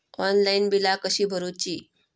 Online बिला कशी भरूची?